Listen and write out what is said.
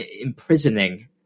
imprisoning